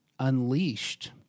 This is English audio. unleashed